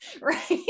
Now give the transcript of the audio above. right